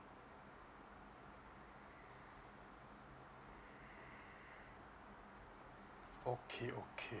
okay okay